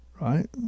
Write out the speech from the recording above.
right